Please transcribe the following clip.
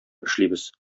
эшлибез